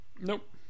nope